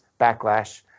backlash